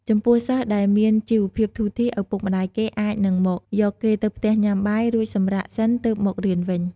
ចំពោះសិស្សដែលមានជីវភាពធូរធារ ឪពុកម្ដាយគេអាចនឹងមកយកគេទៅផ្ទះញុាំបាយ រួចសម្រាកសិនទើបមករៀនវិញ។